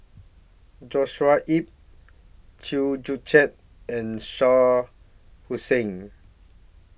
Joshua Ip Chew Joo Chiat and Shah Hussain